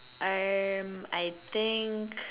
um I think